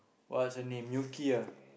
what's your name Yuki ah